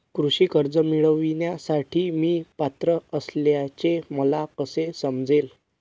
कृषी कर्ज मिळविण्यासाठी मी पात्र असल्याचे मला कसे समजेल?